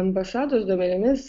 ambasados duomenimis